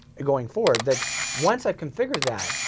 going forward that once i've configured that,